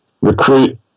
recruit